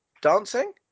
dancing